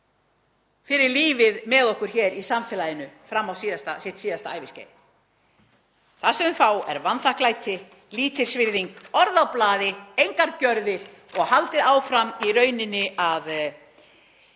fyrir lífið með okkur hér í samfélaginu fram á sitt síðasta æviskeið. Það sem þau fá er vanþakklæti, lítilsvirðing, orð á blaði, engar gjörðir og haldið áfram í rauninni